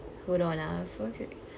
hold on ah I forget